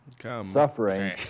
Suffering